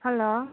hello